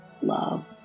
love